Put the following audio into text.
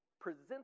present